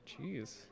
Jeez